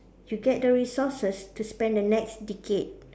you get the resources to spend the next decade